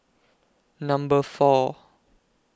Number four